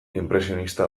inpresionista